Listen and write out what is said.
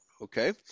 Okay